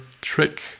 trick